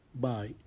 Bye